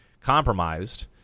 compromised